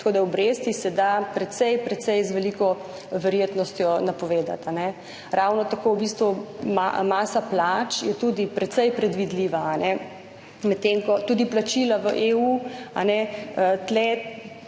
tako da obresti se da s precej precej veliko verjetnostjo napovedati. Ravno tako je tudi masa plač precej predvidljiva, tudi plačila v EU, tu